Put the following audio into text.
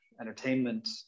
entertainment